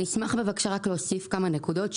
אני אשמח להוסיף כמה נקודות,